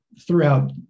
throughout